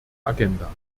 agenda